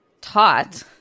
taught